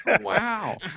wow